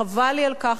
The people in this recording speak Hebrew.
חבל לי על כך,